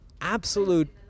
absolute